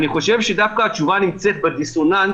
אני חושב שדווקא התשובה נמצאת בדיסוננס